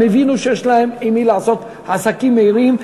הם הבינו שיש להם עם מי לעשות עסקים מהירים,